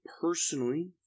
personally